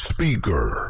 Speaker